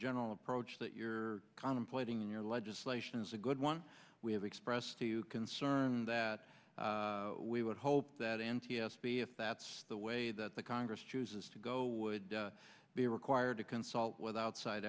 general approach that you're contemplating your legislation is a good one we have expressed to you concern that we would hope that n t s b if that's the way that the congress chooses to go would be required to consult with outside